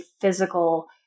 physical